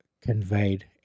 conveyed